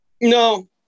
No